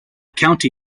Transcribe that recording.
county